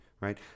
right